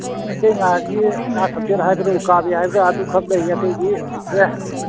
ꯃꯩꯇꯩ ꯉꯥꯁꯤ ꯉꯥ ꯁꯝꯆꯦꯠ ꯍꯥꯏꯕ꯭ꯔꯣ ꯎꯀꯥꯕꯤ ꯍꯥꯏꯕ꯭ꯔꯥ ꯑꯗꯨꯈꯛ ꯂꯩ ꯑꯇꯩꯗꯤ ꯂꯩꯇ꯭ꯔꯦ